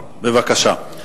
בבקשה.